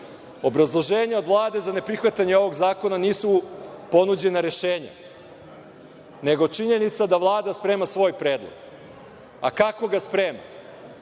Obrazloženje Vlade za neprihvatanje ovog zakona nisu ponuđena rešenja, nego činjenica da Vlada sprema svoj predlog. Kako ga sprema?